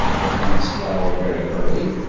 the plants flower very early.